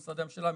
במשרדי הממשלה,